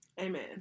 Amen